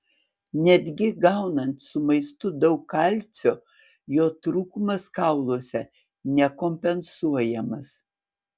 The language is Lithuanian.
netgi gaunant su maistu daug kalcio jo trūkumas kauluose nekompensuojamas